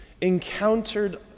encountered